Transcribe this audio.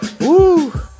Woo